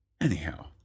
anyhow